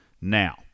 Now